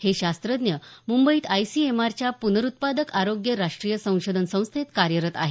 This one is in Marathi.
हे शास्त्रज्ञ मुंबईत आयसीएमआरच्या प्नरुत्पादक आरोग्य राष्ट्रीय संशोधन संस्थेत कार्यरत आहेत